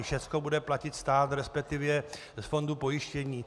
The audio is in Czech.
Všechno bude platit stát, resp. z fondu pojištění.